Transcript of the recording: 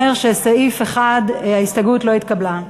זה אומר שלסעיף 1 ההסתייגות לא התקבלה.